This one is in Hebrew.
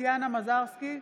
טטיאנה מזרסקי,